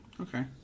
Okay